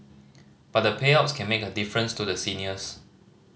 but the payouts can make a difference to the seniors